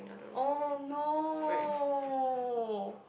oh no